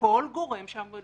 לכל גורם שם.